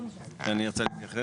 אני ארצה להתייחס.